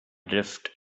drift